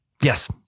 Yes